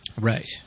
right